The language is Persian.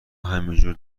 همینجور